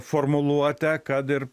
formuluotę kad ir